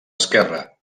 esquerra